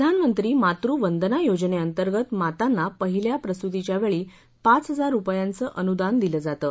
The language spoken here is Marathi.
प्रधानमंत्री मातुवंदना योजनेअंतर्गत मातांना पहिल्या प्रसृतिच्या वेळी पाच हजार रुपयाचे अनुदान दिले जाते